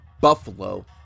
Buffalo